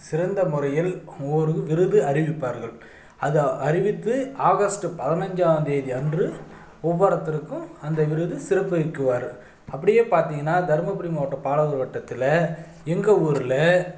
சிறந்த முறையில் ஒரு விருது அறிவிப்பார்கள் அது அறிவித்து ஆகஸ்ட் பதினைஞ்சாம் தேதி அன்று ஒவ்வொருத்தருக்கும் அந்த விருது சிறப்பிக்குவார் அப்புடியே பார்த்திங்கன்னா தருமபுரி மாவட்டம் பாடாலூர் வட்டத்தில் எங்கள் ஊரில்